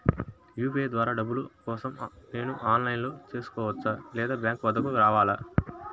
UPI ద్వారా డబ్బులు కోసం నేను ఆన్లైన్లో చేసుకోవచ్చా? లేదా బ్యాంక్ వద్దకు రావాలా?